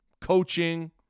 coaching